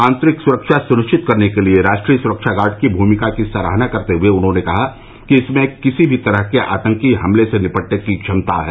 आन्तरिक सुरक्षा सुनिश्चित करने के लिए राष्ट्रीय सुरक्षा गार्ड की भूमिका की सराहना करते हुए उन्होंने कहा कि इसमें किसी भी तरह के आतंकी हमले से निपटने की क्षमता है